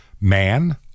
man